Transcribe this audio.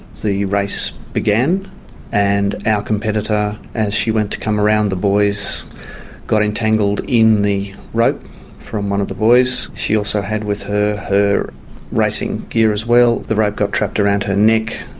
the race began and our competitor as she went to come around the buoys got entangled in the rope from one of the buoys. she also had with her her racing gear as well. the rope got trapped around her neck,